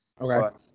Okay